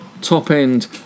top-end